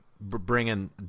bringing